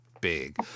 big